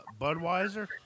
Budweiser